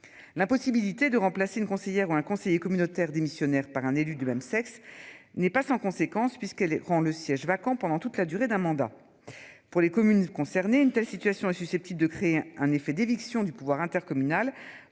La possibilité de remplacer une conseillère ou un conseiller communautaire démissionnaire par un élu du même sexe n'est pas sans conséquence puisque les rend le siège vacant pendant toute la durée d'un mandat. Pour les communes concernées. Une telle situation est susceptible de créer un effet d'éviction du pouvoir intercommunal